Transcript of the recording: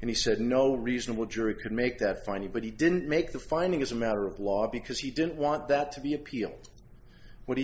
and he said no reasonable jury could make that finding but he didn't make the finding as a matter of law because he didn't want that to be appealed wh